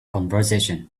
conversation